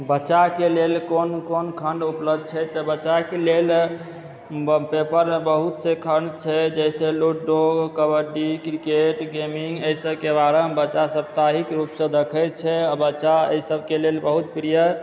बच्चाके लेल कोन कोन खण्ड उपलब्ध छै तऽ बच्चाके लेल पेपरमे बहुत से खण्ड छै जैसे लूडो कबड्डी क्रिकेट गेमिङ्ग एहिसबके बारेमे बच्चा सप्ताहिक रूपसँ देखै छै आ बच्चा ई सबकेँ लेल बहुत प्रिय